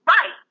Right